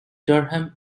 durham